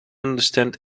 understand